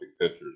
pitchers